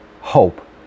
hope